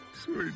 Sweet